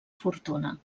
fortuna